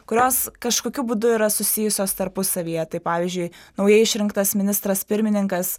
kurios kažkokiu būdu yra susijusios tarpusavyje tai pavyzdžiui naujai išrinktas ministras pirmininkas